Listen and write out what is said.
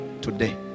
today